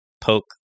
poke